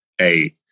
eight